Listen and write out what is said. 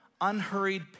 unhurried